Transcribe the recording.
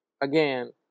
again